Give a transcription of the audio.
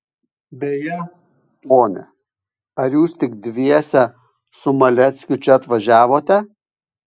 beje ponia ar jūs tik dviese su maleckiu čia atvažiavote